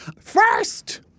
First